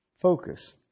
focus